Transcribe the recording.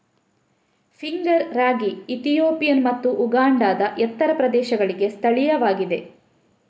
finger ರಾಗಿ Ethiopian ಮತ್ತು ಉಗಾಂಡಾದ ಎತ್ತರದ ಪ್ರದೇಶಗಳಿಗೆ ಸ್ಥಳೀಯವಾಗಿದೆ